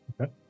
Okay